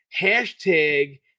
Hashtag